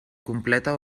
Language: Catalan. completa